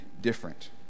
different